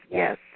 yes